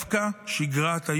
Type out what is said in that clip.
אלא דווקא בעבודה השקטה,